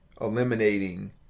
eliminating